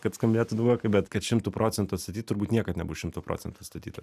kad skambėtų daugokai bet kad šimtu procentų atstatyt turbūt niekad nebus šimtu procentų atstatyta